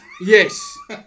Yes